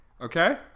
okay